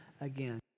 again